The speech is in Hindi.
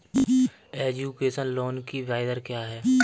एजुकेशन लोन की ब्याज दर क्या है?